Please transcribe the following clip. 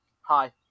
Hi